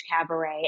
Cabaret